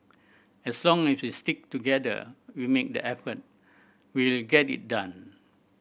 as long as we stick together we make the effort we will get it done